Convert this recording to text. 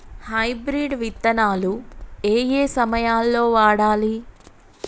Hybrid విత్తనాలు ఏయే సమయాల్లో వాడాలి?